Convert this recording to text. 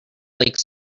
like